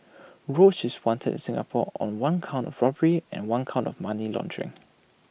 roach is wanted in Singapore on one count of robbery and one count of money laundering